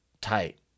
tight